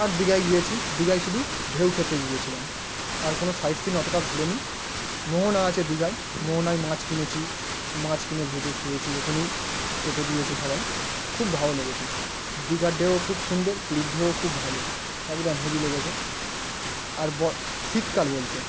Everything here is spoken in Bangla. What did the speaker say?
আর দীঘায় গিয়েছি দীঘায় শুধু ঢেউ খেতে গিয়েছিলাম আর কোনো সাইট সিন অতোটা ঘুরি নি মোহনা আছে দীঘায় মোহনায় মাছ কিনেছি মাছ কিনে ভেজে খেয়েছি ওখানেই কেটে দিয়েছে সবাই খুব ভালো লেগেছে দীঘার ডেউও খুব সুন্দর পুরীর ঢেউও খুব ভালো একদম হেবি লেগেছে আর ব শীতকাল বলতে